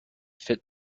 fit